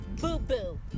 boo-boo